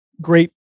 Great